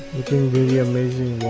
looking very amazing